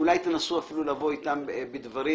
אולי תנסו לבוא איתם בדברים,